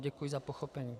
Děkuji za pochopení.